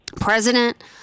president